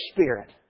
Spirit